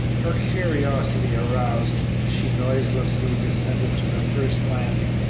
her curiosity aroused, she noiselessly descended to the first landing,